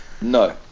No